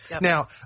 Now